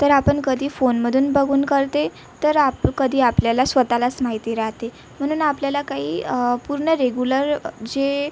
तर आपण कधी फोनमधून बघून करते तर आप कधी आपल्याला स्वतःलास माहिती राहते म्हणून आपल्याला काही पूर्ण रेगुलर जे